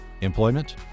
employment